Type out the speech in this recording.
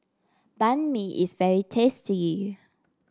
Banh Mi is very tasty